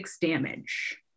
damage